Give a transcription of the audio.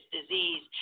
Disease